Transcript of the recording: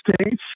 states